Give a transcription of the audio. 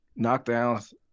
knockdowns